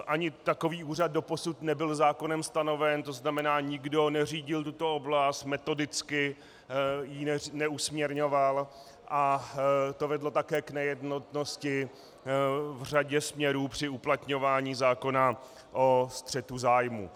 Ani takový úřad doposud nebyl zákonem stanoven, to znamená, nikdo neřídil tuto oblast, metodicky ji neusměrňoval a to vedlo také k nejednotnosti v řadě směrů při uplatňování zákona o střetu zájmů.